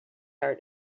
art